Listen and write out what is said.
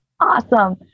awesome